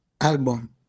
album